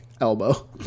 elbow